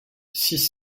six